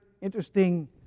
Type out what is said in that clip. interesting